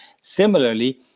similarly